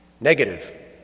Negative